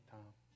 time